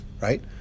right